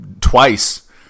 twice